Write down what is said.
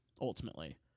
ultimately